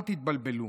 אל תתבלבלו.